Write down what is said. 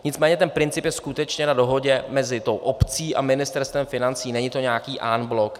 Nicméně ten princip je skutečně na dohodě mezi obcí a Ministerstvem financí, není to nějaký en bloc.